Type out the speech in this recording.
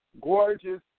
gorgeous